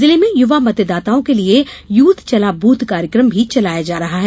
जिले में युवा मतदाताओं के लिये यूथ चला बूथ कार्यकम भी चलाया जा रहा है